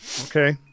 okay